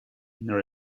nor